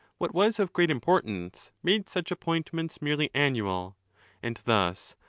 what was of great importance, made such appointments merely annual and thus,